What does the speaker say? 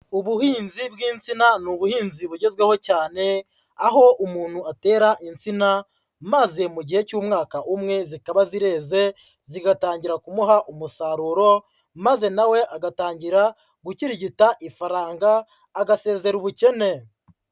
Ubuhinzi bw'insina ni ubuhinzi bugezweho cyane, aho umuntu atera insina, maze mu gihe cy'umwaka umwe zikaba zireze, zigatangira kumuha umusaruro, maze na we agatangira gukirigita ifaranga agasezera ubukene.